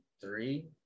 three